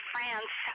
France